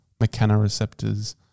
mechanoreceptors